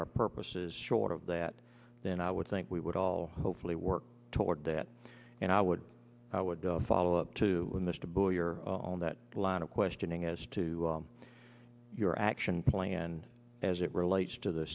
our purposes short of that then i would think we would all hopefully work toward that and i would i would follow up to mr boyer on that line of questioning as to your action plan as it relates to the